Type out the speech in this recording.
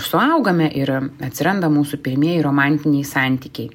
suaugame ir atsiranda mūsų pirmieji romantiniai santykiai